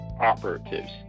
operatives